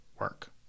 work